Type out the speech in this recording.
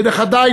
ונכדי,